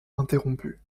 interrompu